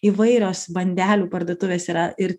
įvairios bandelių parduotuvės yra ir